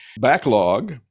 backlog